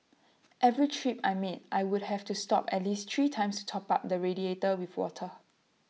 every trip I made I would have to stop at least three times top up the radiator with water